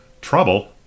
Trouble